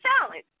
challenge